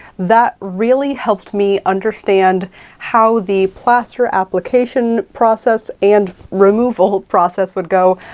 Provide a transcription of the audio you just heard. that really helped me understand how the plaster application process and removal process would go,